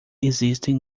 existem